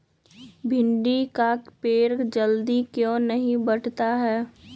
भिंडी का पेड़ जल्दी क्यों नहीं बढ़ता हैं?